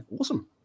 awesome